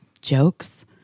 jokes